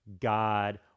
God